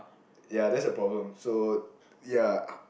ya that's the problem so